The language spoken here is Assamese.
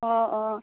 অ অ